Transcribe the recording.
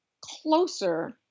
closer